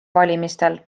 valimistel